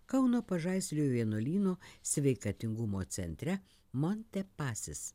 kauno pažaislio vienuolyno sveikatingumo centre monte pasis